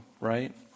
right